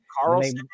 Carlson